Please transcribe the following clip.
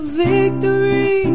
victory